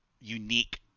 unique